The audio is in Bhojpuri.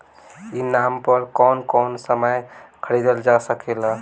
ई नाम पर कौन कौन समान खरीदल जा सकेला?